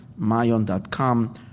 Mayon.com